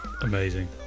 amazing